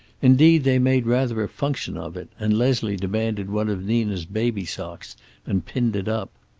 indeed, they made rather a function of it, and leslie demanded one of nina's baby socks and pinned it up.